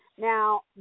Now